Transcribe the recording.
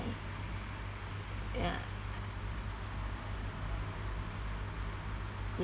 ya